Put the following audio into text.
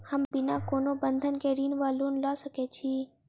हम बिना कोनो बंधक केँ ऋण वा लोन लऽ सकै छी?